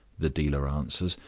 the dealer answers,